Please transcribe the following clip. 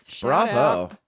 Bravo